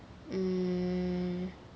mm